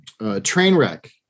Trainwreck